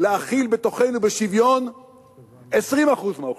להכיל בתוכנו בשוויון 20% מהאוכלוסייה,